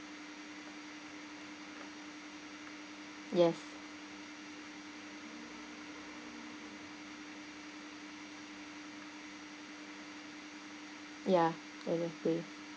yes ya never came